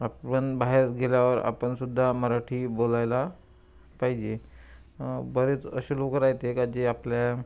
आपण बाहेर गेल्यावर आपण सुद्धा मराठी बोलायला पाहिजे बरेच असे लोक राहते का जे आपल्या